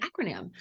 acronym